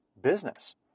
business